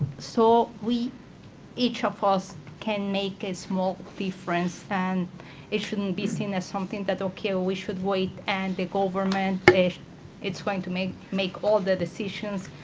so each of us can make a small difference. and it shouldn't be seen as something that, ok, we should wait and the government it's going to make make all of the decisions,